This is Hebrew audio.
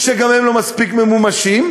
שגם הם לא מספיק ממומשים,